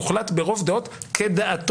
הוחלט ברוב דעות כדעתו.